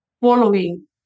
following